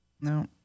No